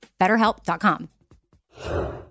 BetterHelp.com